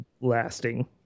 lasting